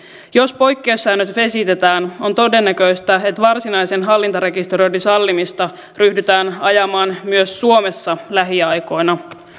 jos poikkeussäännöt vesitetään on todennäköistä että varsinaisen hallintarekisteröinnin sallimista ryhdytään ajamaan myös suomessa lähiaikoina